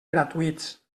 gratuïts